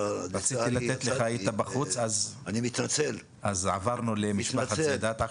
אתה היית בחוץ אז עברנו למשפחה זיאדאת.